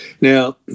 Now